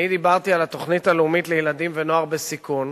אני דיברתי על התוכנית הלאומית לילדים ולנוער בסיכון,